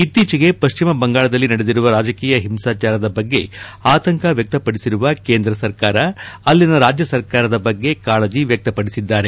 ಇತ್ತೀಚೆಗೆ ಪಶ್ಚಿಮ ಬಂಗಾಳದಲ್ಲಿ ನಡೆದಿರುವ ರಾಜಕೀಯ ಹಿಂಸಾಚಾರದ ಬಗ್ಗೆ ಆತಂಕ ವ್ಯಕ್ತಪಡಿಸಿರುವ ಕೇಂದ್ರ ಸರ್ಕಾರ ಅಲ್ಲಿನ ರಾಜ್ಯ ಸರ್ಕಾರದ ಬಗ್ಗೆ ಕಾಳಜಿ ವ್ಯಕ್ತಪಡಿಸಿದ್ದಾರೆ